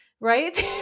Right